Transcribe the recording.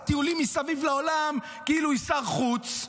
טיולים מסביב לעולם כאילו היא שר חוץ.